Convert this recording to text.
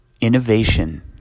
innovation